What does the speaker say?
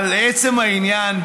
לעצם העניין,